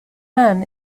man